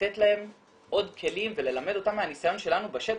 לתת להם עוד כלים וללמד אותם מהניסיון שלנו בשטח,